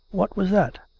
what was that.